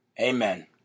Amen